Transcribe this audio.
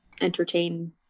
entertain